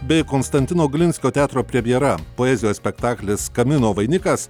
bei konstantino glinskio teatro premjera poezijos spektaklis kamino vainikas